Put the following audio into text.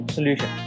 Solution